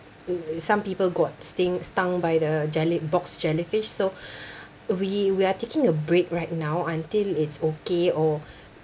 some people got sting stung by the jelly box jellyfish so we we are taking a break right now until it's okay or